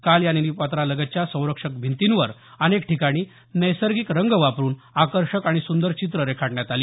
काल या नदीपात्रालगतच्या संरक्षक भिंतीवर अनेक ठिकाणी नैसर्गिक रंग वापरून आकर्षक आणि सुंदर चित्रं रेखाटण्यात आली